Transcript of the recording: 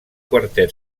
quarter